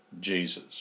Jesus